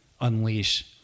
unleash